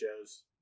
shows